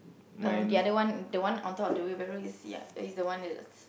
um the other one the one on top of the wheel barrow you see ah is the one it's